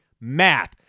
math